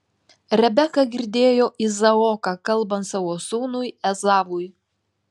rebeka girdėjo izaoką kalbant savo sūnui ezavui